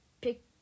pick